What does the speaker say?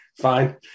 fine